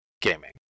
gaming